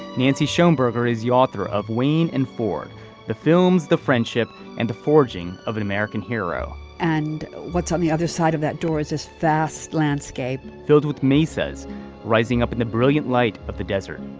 nancy schoenberger is the author of wayne and for the films the friendship and the forging of an american hero and what's on the other side of that door is is vast landscape filled with me says rising up in the brilliant light of the desert.